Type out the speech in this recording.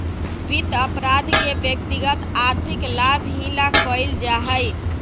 वित्त अपराध के व्यक्तिगत आर्थिक लाभ ही ला कइल जा हई